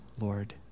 Lord